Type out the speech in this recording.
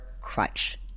crutch